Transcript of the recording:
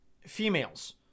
females